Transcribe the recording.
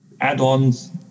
add-ons